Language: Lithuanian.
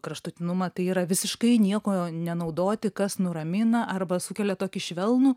kraštutinumą tai yra visiškai nieko nenaudoti kas nuramina arba sukelia tokį švelnų